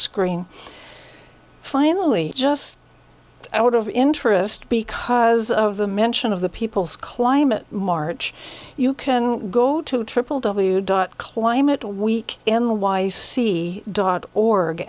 screen finally just out of interest because of the mention of the people's climate march you can go to triple w dot climate a week in the y e c dot org